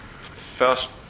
first